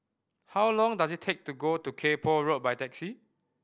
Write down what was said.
how long does it take to go to Kay Poh Road by taxi